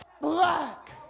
black